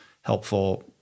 helpful